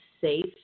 safe